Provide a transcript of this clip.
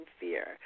fear